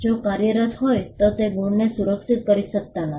જો કાર્યરત હોય તો ગુણને સુરક્ષિત કરી શકાતા નથી